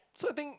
so I think